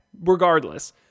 regardless